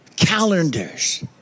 calendars